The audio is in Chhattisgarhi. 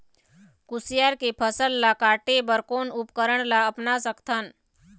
कुसियार के फसल ला काटे बर कोन उपकरण ला अपना सकथन?